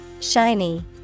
Shiny